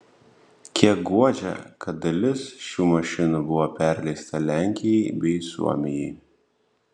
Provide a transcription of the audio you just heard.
kiek guodžia kad dalis šių mašinų buvo perleista lenkijai bei suomijai